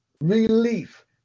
Relief